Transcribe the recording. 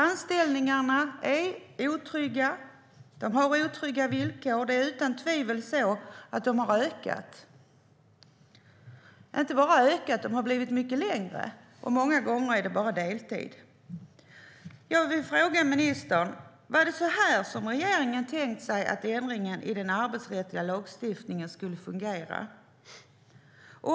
Anställningarna är otrygga, och det är otrygga villkor. Det är utan tvivel så att de otrygga anställningarna har ökat, och de har inte bara ökat utan också blivit mycket längre. Många gånger är det bara deltid. Jag vill fråga ministern: Var det så här regeringen hade tänkt sig att ändringen i den arbetsrättsliga lagstiftningen skulle fungera?